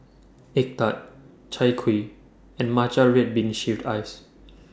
Egg Tart Chai Kuih and Matcha Red Bean Shaved Ice